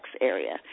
area